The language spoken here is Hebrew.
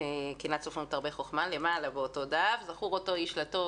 קנאת סופרים תרבה חוכמה כתוב: זכור אותו איש לטוב,